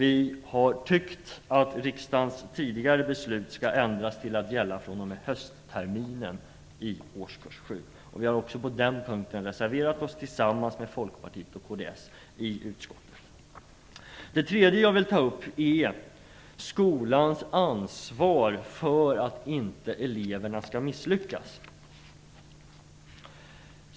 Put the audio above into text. Vi har tyckt att riksdagens tidigare beslut skall ändras till att gälla fr.o.m. höstterminen i årskurs 7. Vi har också på den punkten reserverat oss tillsammans med Folkpartiet och kds i utskottet. För det tredje: Det gäller skolans ansvar för att inte eleverna skall misslyckas.